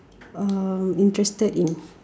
um interested in